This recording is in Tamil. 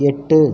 எட்டு